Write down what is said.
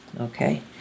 okay